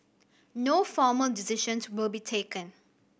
no formal decisions will be taken